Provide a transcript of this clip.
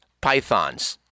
pythons